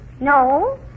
No